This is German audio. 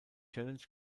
challenge